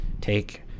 take